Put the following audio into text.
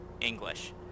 English